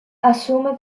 asume